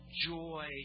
joy